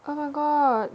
oh my god